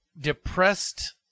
depressed